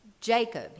Jacob